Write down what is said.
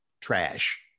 trash